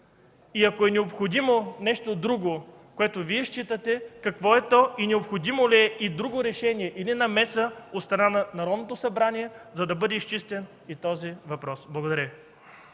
Ако е необходимо нещо друго, което Вие считате, какво е то? Необходимо ли е друго решение или намеса от страна на Народното събрание, за да бъде изчистен и този въпрос? Благодаря.